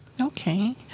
okay